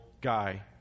guy